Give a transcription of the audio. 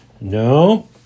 No